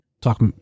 talk